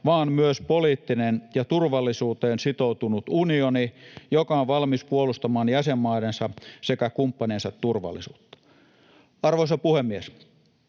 vaan myös poliittinen ja turvallisuuteen sitoutunut unioni, joka on valmis puolustamaan jäsenmaidensa sekä kumppaneidensa turvallisuutta. Arvoisa puhemies!